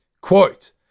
Quote